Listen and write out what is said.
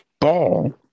ball